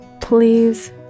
Please